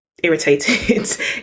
irritated